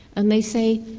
and they say,